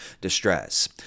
Distress